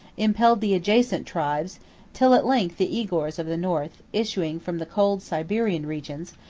impelled the adjacent tribes till at length the igours of the north, issuing from the cold siberian regions,